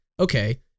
Okay